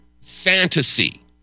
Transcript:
fantasy